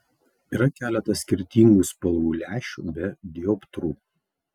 yra keletas skirtingų spalvų lęšių be dioptrų